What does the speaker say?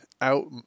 out